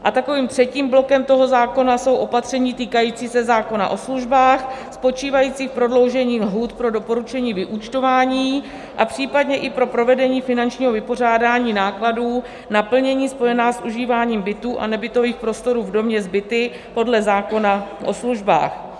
A takovým třetím blokem zákona jsou opatření týkající se zákona o službách spočívající v prodloužení lhůt pro doporučení vyúčtování a případně i pro provedení finančního vypořádání nákladů na plnění spojená s užíváním bytů a nebytových prostorů v domě s byty podle zákona o službách.